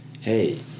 hey